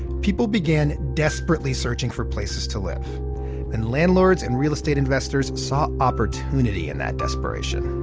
people began desperately searching for places to live and landlords and real estate investors saw opportunity in that desperation.